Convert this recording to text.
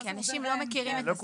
כי אנשים לא מכירים.